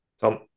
Tom